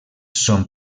són